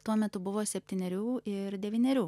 tuo metu buvo septynerių ir devynerių